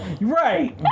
right